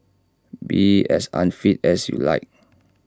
be as unfit as you like